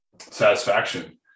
satisfaction